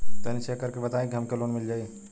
तनि चेक कर के बताई हम के लोन मिल जाई?